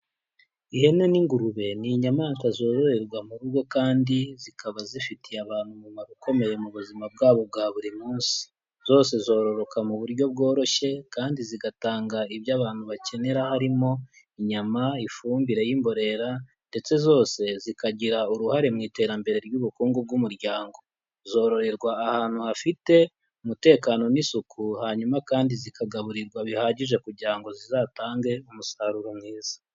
Ihene n'ingurube ni inyamaswa zororerwa mu rugo kandi zikaba zifitiye abantu umumaro ukomeye mu buzima bwabo bwa buri munsi. Zose zororoka mu buryo bworoshye, kandi zigatanga ibyo abantu bakenera, harimo inyama, ifumbire y'imborera, ndetse zose zikagira uruhare mu iterambere ry'ubukungu bw'umuryango. Zororerwa ahantu hafite umutekano n'isuku, hanyuma kandi zikagaburirwa bihagije kugira ngo zizatange umusaruro mwiza.